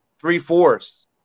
three-fourths